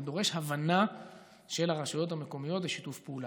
דורש הבנה של הרשויות המקומיות ושיתוף פעולה,